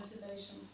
motivation